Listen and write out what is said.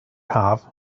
haf